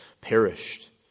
perished